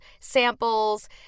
samples